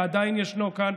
ועדיין ישנו כאן,